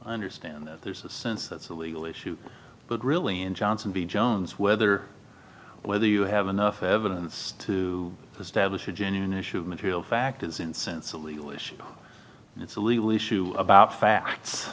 understand that there's a sense that's a legal issue but really in johnson b jones whether whether you have enough evidence to establish a genuine issue of material fact is in sense a legal issue and it's a legal issue about facts